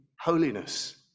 holiness